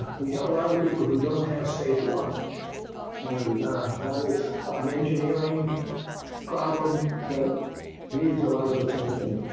we have a lot of people who don't have safe water and that is an engineering problem that needs a lot of attention.